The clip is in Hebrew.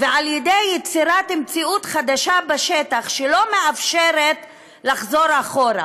ועל ידי יצירת מציאות חדשה בשטח שלא מאפשרת לחזור אחורה.